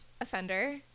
offender